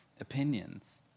opinions